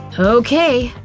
okay,